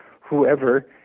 whoever